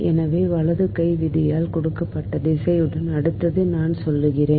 எனவே வலது கை விதியால் கொடுக்கப்பட்ட திசையுடன் அடுத்தது நான் சொல்கிறேன்